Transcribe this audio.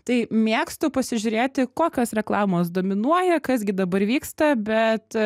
tai mėgstu pasižiūrėti kokios reklamos dominuoja kas gi dabar vyksta bet